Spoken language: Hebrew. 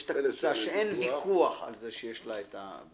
יש קבוצה ראשונה שאין ויכוח על כך שיש לה ביטוח,